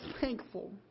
thankful